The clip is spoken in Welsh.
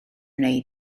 wnei